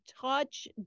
touch